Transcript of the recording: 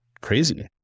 crazy